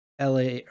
LA